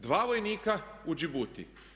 Dva vojnika u Djibuti.